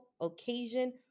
occasion